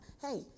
hey